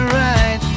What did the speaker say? right